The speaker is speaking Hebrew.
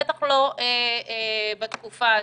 בטח לא בתקופה הזו.